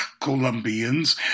Colombians